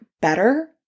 better